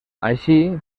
així